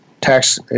tax